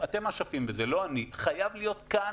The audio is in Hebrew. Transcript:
שלא תביני,